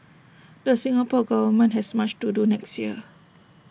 the Singapore Government has much to do next year